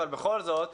בכל זאת,